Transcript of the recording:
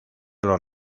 los